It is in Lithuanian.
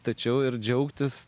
tačiau ir džiaugtis